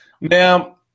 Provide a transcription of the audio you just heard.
now